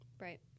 Right